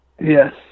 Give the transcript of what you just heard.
Yes